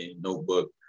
notebook